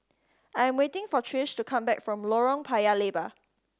I am waiting for Trish to come back from Lorong Paya Lebar